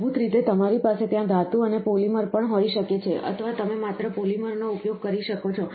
મૂળભૂત રીતે તમારી પાસે ત્યાં ધાતુ અને પોલિમર પણ હોઈ શકે છે અથવા તમે માત્ર પોલિમરનો ઉપયોગ કરી શકો છો